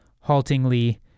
haltingly